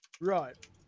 Right